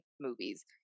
movies